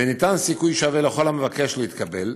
וניתן סיכוי שווה לכל המבקש להתקבל,